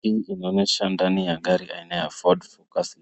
Hii inaonyesha ndani ya gari aina ya Ford